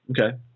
okay